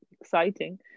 exciting